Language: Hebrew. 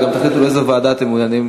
וגם תחליטו לאיזו ועדה אתם מעוניינים